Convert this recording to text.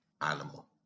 animal